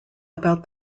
about